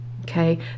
Okay